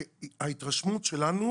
וההתרשמות שלנו,